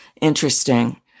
Interesting